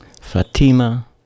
Fatima